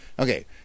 Okay